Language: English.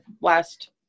last